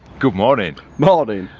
good morning morning.